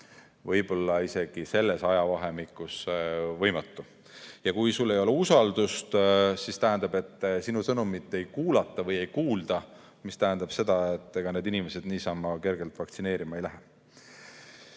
võib-olla isegi selles ajavahemikus võimatu. Kui sul ei ole usaldust, siis tähendab, et sinu sõnumit ei kuulata või ei kuulda, mis tähendab seda, et ega inimesed niisama kergelt vaktsineerima ei lähe.